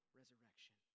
resurrection